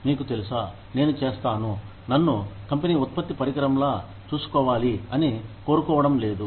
మీకు తెలుసా నేను చేస్తాను నన్ను కంపెనీ ఉత్పత్తి పరికరంలా చూసుకోవాలి అని కోరుకోవడం లేదు